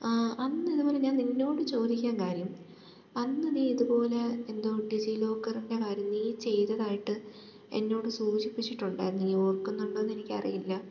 അന്നിതുപോലെ ഞാൻ നിന്നോടു ചോദിക്കാൻ കാര്യം അന്ന് നീ ഇതുപോലെ എന്തോ ഡിജി ലോക്കറിൻ്റെ കാര്യം നീ ചെയ്തതായിട്ട് എന്നോടു സൂചിപ്പിച്ചിട്ടുണ്ടായിരുന്നു നീ ഓർക്കുന്നുണ്ടോയെന്നെനിക്കറിയില്ല